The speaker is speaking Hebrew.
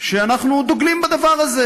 שאנחנו דוגלים בדבר הזה.